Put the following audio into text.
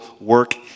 work